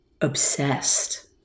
obsessed